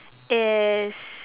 is